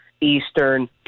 Eastern